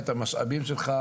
את המשאבים שלך,